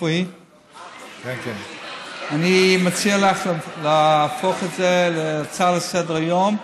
אני מציע לך להפוך את זה להצעה לסדר-היום.